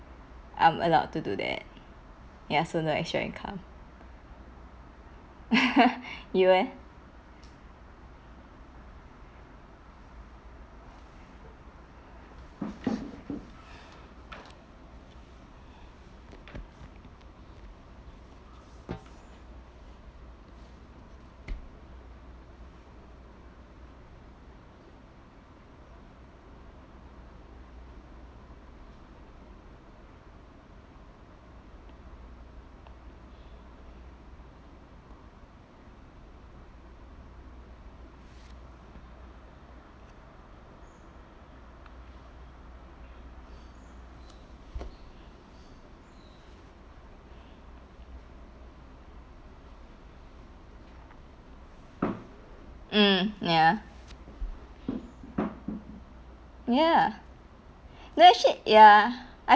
I'm allow to do that ya so no extra income you eh mm ya ya ya no actually ya I